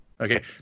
Okay